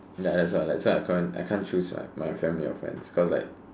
ya that's why like so I can't I can't choose my my family or friends cause like